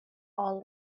all